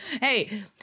Hey